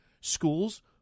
schools